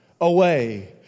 away